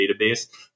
database